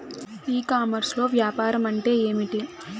ఈ కామర్స్లో వ్యాపారం అంటే ఏమిటి?